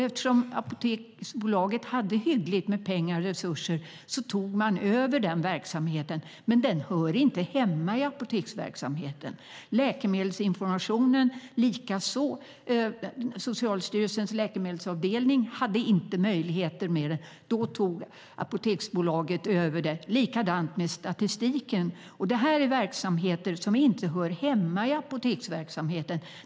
Eftersom Apoteksbolaget hade hyggligt med pengar och resurser tog man över den verksamheten, men den hör inte hemma i apoteksverksamheten. Detsamma gäller läkemedelsinformationen. Socialstyrelsens läkemedelsavdelning hade inte möjlighet, utan då tog Apoteksbolaget över den. Det var likadant med statistiken. Det är verksamheter som inte hör hemma i apoteksverksamheten.